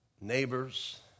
neighbors